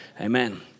Amen